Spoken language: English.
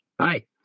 Hi